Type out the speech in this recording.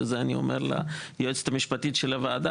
זה אני אומר ליועצת המשפטית של הוועדה,